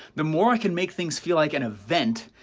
the more i can make things feel like an event,